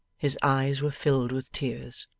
his eyes were filled with tears.